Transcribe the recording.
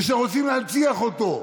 ושרוצים להנציח אותו.